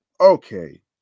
Okay